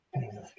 Jesus